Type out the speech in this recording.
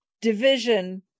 division